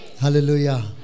Hallelujah